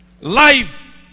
Life